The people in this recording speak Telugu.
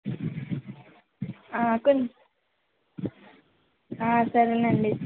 కొంచెం సరేలేండి